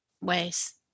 ways